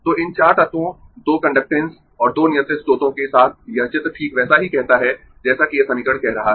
तो इन चार तत्वों 2 कंडक्टेन्स और 2 नियंत्रित स्रोतों के साथ यह चित्र ठीक वैसा ही कहता है जैसा कि यह समीकरण कह रहा है